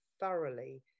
thoroughly